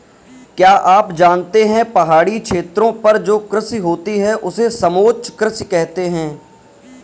क्या आप जानते है पहाड़ी क्षेत्रों पर जो कृषि होती है उसे समोच्च कृषि कहते है?